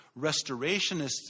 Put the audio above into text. restorationists